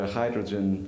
hydrogen